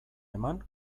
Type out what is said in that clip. eman